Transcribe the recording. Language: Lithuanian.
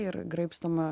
ir graibstoma